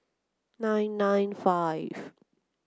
nine nine five